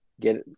get